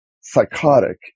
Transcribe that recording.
psychotic